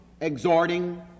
exhorting